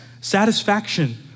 satisfaction